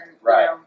right